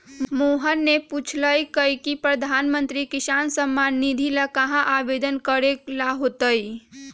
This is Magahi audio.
मोहन ने पूछल कई की प्रधानमंत्री किसान सम्मान निधि ला कहाँ आवेदन करे ला होतय?